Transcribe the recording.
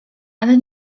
ale